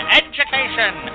education